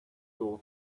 door